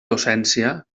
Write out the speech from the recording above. docència